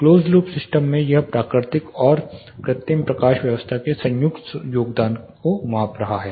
close loop system में यह प्राकृतिक और कृत्रिम प्रकाश व्यवस्था के संयुक्त योगदान को माप रहा है